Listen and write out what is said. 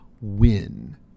win